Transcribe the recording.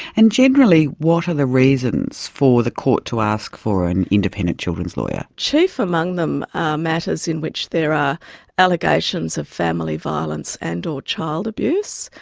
and generally what are the reasons for the court to ask for an independent children's lawyer? chief among them are matters in which there are allegations of family violence and or child abuse.